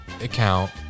account